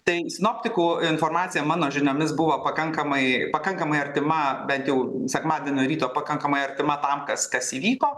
tai sinoptikų informacija mano žiniomis buvo pakankamai pakankamai artima bent jau sekmadienio ryto pakankamai artima tam kas kas įvyko